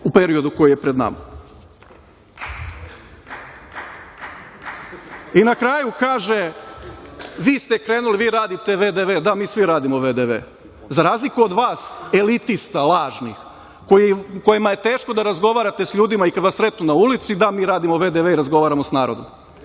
u periodu koji je pred nama. Na kraju kaže – vi radite „vdv“, da mi svi radimo „vdv“, za razliku od vas, elitista lažnih kojima je teško da razgovarate sa ljudima i kada vas sretnu na ulici. Da, mi radimo „vdv“ i mi razgovaramo sa narodom.